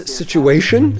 situation